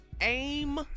aim